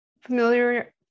familiar